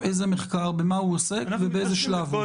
באיזה שלב הוא?